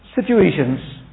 situations